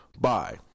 Bye